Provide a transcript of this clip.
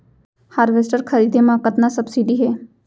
Harvester खरीदे म कतना सब्सिडी हे?